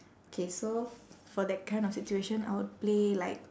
K so for that kind of situation I would play like